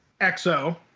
XO